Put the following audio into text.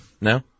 No